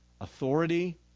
authority